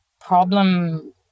problem